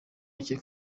bacye